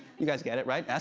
you guys get it, right? s,